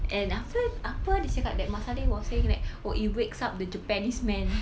and apa ah dia cakap that mat salleh was saying like oh it wakes up the japanese man